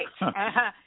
right